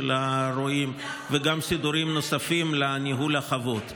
הרועים וגם סידורים נוספים לניהול החוות.